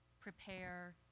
prepare